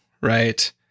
right